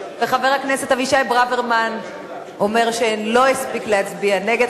וחבר הכנסת אבישי ברוורמן אומר שלא הספיק להצביע נגד.